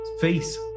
face